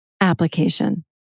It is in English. application